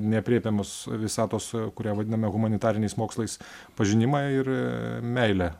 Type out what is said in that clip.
neaprėpiamos visatos kurią vadiname humanitariniais mokslais pažinimą ir meilę